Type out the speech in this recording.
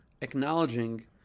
acknowledging